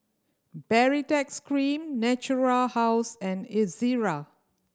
Baritex Cream Natura House and Ezerra